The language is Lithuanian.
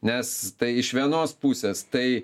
nes tai iš vienos pusės tai